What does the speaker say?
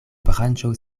branĉo